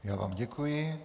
Já vám děkuji.